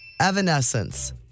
Evanescence